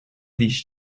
these